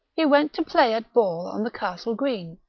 he went to play at ball on the castle green.